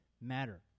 matter